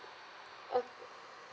o~